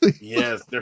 Yes